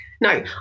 no